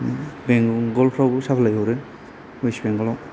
बेंगलफोरावबो supply हरो west बेंगलाव